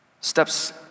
Steps